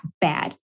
bad